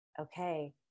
okay